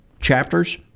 chapters